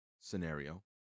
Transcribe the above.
scenario